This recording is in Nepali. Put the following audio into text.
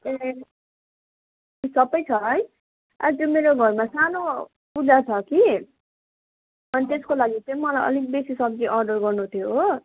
ए सबै छ है आज मेरो घरमा सानो पूजा छ कि अनि त्यसको लागि चाहिँ मलाई अलिक बेसी सब्जी अर्डर गर्नु थियो हो